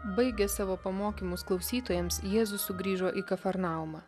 baigė savo pamokymus klausytojams jėzus sugrįžo į kafarnaumą